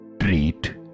treat